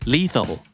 Lethal